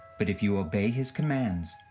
but if you obey his commands,